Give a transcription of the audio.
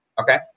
Okay